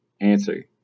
Answer